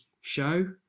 show